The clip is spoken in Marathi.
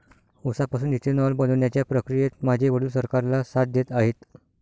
उसापासून इथेनॉल बनवण्याच्या प्रक्रियेत माझे वडील सरकारला साथ देत आहेत